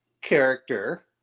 character